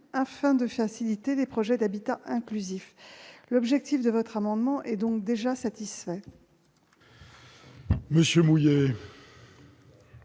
afin de faciliter les projets d'habitat inclusif. L'objet de votre amendement est donc satisfait.